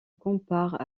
comparent